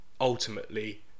ultimately